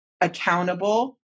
accountable